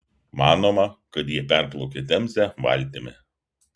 manoma kad jie perplaukė temzę valtimi